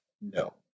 no